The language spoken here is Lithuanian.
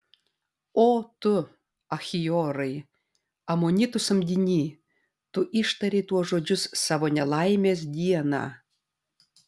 o tu achiorai amonitų samdiny tu ištarei tuos žodžius savo nelaimės dieną